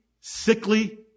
sickly